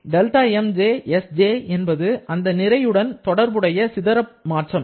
δmjsj என்பது அந்த நிறைவுடன் தொடர்புடைய தன் சிதற மாற்றம்